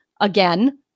again